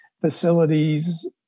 facilities